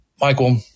Michael